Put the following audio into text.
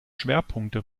schwerpunkte